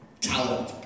talent